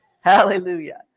Hallelujah